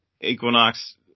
Equinox